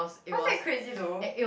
how's that crazy though